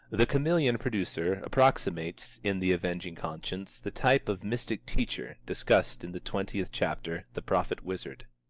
the chameleon producer approximates in the avenging conscience the type of mystic teacher, discussed in the twentieth chapter the prophet-wizard.